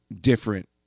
different